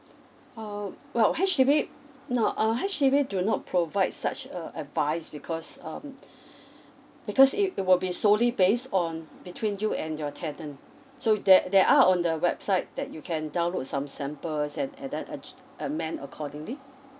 oh well H_D_B no uh H_D_B do not provide such a advice because um because it it will be solely based on between you and your tenant so there there are on the website that you can download some samples and added amend accordingly